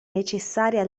necessaria